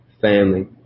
family